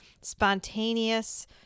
spontaneous